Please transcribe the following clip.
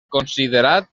considerat